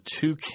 two